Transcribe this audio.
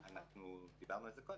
הוא היחיד שלא חושב על טובת הילד.